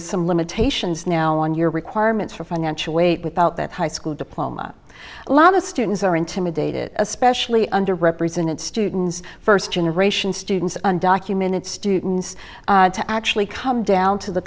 is some limitations now on your requirements for financial weight without that high school diploma a lot of students are intimidated especially under represented students first generation students undocumented students to actually come down to the